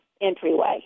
entryway